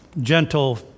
gentle